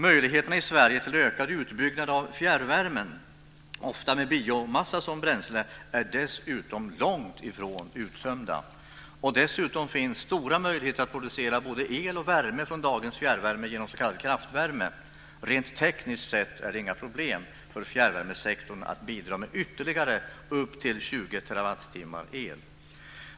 Möjligheterna i Sverige till ökad utbyggnad av fjärrvärmen, ofta med biomassa som bränsle, är dessutom långtifrån uttömda. Därtill finns stora möjligheter att producera både el och värme från dagens fjärrvärme genom s.k. kraftvärme. Rent tekniskt sett är det inga problem för fjärrvärmesektorn att bidra med ytterligare upp till 20 terawattimmar el.